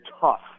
tough